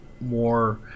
more